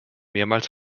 mehrmals